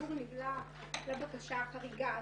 הציבור נחשף לבקשה החריגה הזאת.